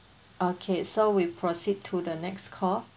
okay so we proceed to the next call